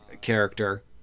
character